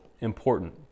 important